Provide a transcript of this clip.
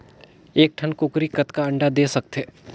एक ठन कूकरी कतका अंडा दे सकथे?